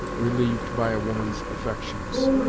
relieved by a woman's affections.